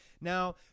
Now